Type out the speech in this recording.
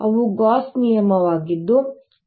ಅವು ಗಾಸ್ನ ನಿಯಮವಾಗಿದ್ದು ▽